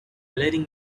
letting